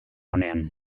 onean